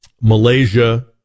Malaysia